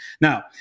Now